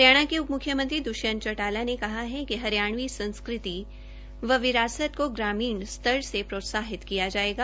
हरियाणा के उप मुख्यमंत्री दृष्यंत चौटाला ने कहा है कि हरियाणवी संस्कृति व विरासत को ग्रामीण स्तर से प्रोत्साहित किया जायेगा